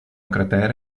cratere